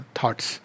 Thoughts